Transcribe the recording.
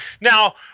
Now